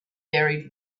buried